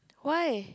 why